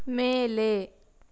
ಮೇಲೆ